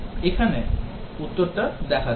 এখানে উত্তরটা দেখা যাক